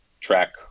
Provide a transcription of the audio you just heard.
track